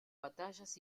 batallas